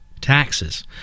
Taxes